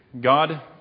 God